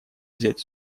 взять